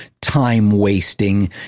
time-wasting